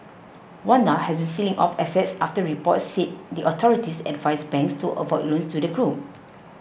Wanda has been selling off assets after reports said the authorities advised banks to avoid loans to the group